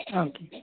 okay